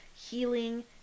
healing